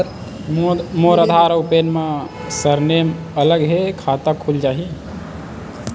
मोर आधार आऊ पैन मा सरनेम अलग हे खाता खुल जहीं?